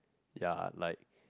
ya like